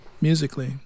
musically